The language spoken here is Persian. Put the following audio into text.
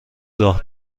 راه